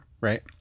right